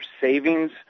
savings